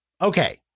okay